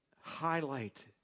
highlight